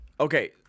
okay